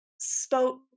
spoke